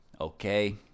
Okay